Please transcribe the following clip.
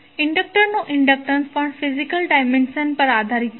ઇન્ડક્ટરનો inductance પણ physical dimension પર આધારીત છે